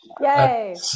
yay